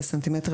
בסנטימטרים,